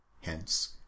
hence